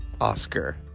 Oscar